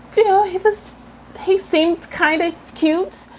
you know, he was he seemed kind of cute.